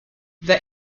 the